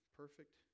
perfect